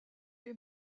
les